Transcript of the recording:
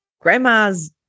grandma's